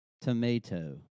tomato